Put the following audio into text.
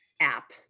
app